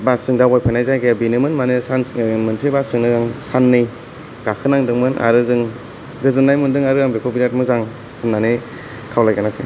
बासजों दावबायफेरनाय जायगाया बेनोमोन माने मोनसे बासजोंनो साननै गाखोनांदोंमोन आरो जों गोजोननाय मोनदों आरो आं बेखौ बेराद मोजां होननानै खावलायदों